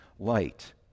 light